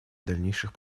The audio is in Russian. дальнейших